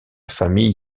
famille